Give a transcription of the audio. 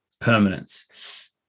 permanence